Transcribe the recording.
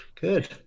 good